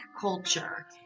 culture